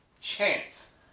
chance